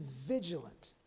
vigilant